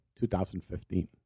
2015